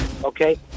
Okay